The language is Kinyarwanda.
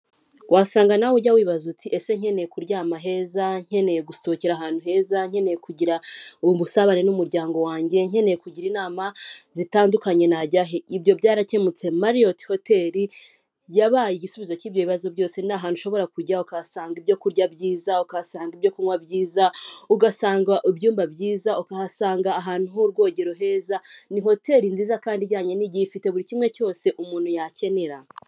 Wasanga nawe ujya wibaza uti ese nkeneye kuryama heza, nkeneye gusohokera ahantu heza, nkeneye kugirubusabane n'umuryango wanjye, nkeneye kugira inama zitandukanye najya he? ibyo byarakemutse mariyoti hoteri yabaye igisubizo cy'ibyi bibazo byose ni ahantu ushobora kujya ukahasanga ibyokurya byiza, ukahasanga ibyo kunywa byiza, ugasanga ibyumba byiza, ukahasanga ahantu h'urwogero heza, ni hoteri nziza kandi ijyanye n'igihe ifite buri kimwe cyose umuntu yakenera.